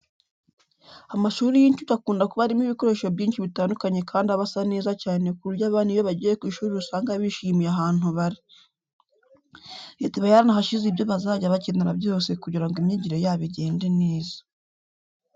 Amashuri y'inshuke akunda kuba arimo ibikoresho byinshi bitandukanye kandi aba asa neza cyane ku buryo abana iyo bagiye ku ishuri usanga bishimiye ahantu bari. Leta iba yarahashyize ibyo bazajya bakenera byose kugira ngo imyigire yabo igende neza.